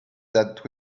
that